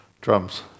Drums